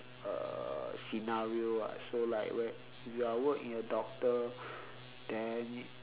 uh scenario ah so like when if you are work in a doctor then